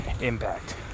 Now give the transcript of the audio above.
impact